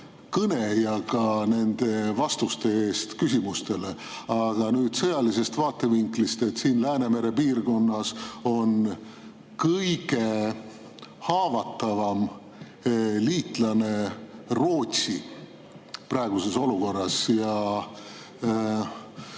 eest ja ka nende vastuste eest küsimustele! Aga nüüd sõjalisest vaatevinklist. Siin Läänemere piirkonnas on meie kõige haavatavam liitlane praeguses olukorras